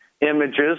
images